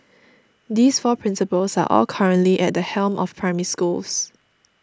these four principals are all currently at the helm of Primary Schools